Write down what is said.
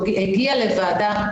הגיע לוועדה,